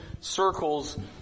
circles